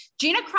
Gina